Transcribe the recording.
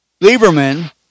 Lieberman